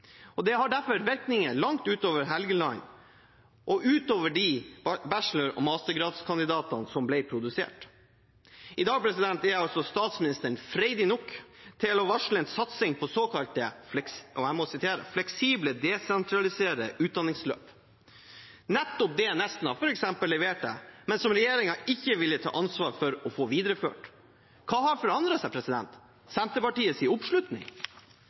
Det har derfor virkninger langt utover Helgeland og utover de bachelor- og mastergradskandidatene som ble produsert. I dag er statsministeren freidig nok til å varsle en satsing på såkalte – jeg må sitere – fleksible desentraliserte studier, nettopp det Nesna leverte, men som regjeringen ikke ville ta ansvar for å få videreført. Hva har forandret seg?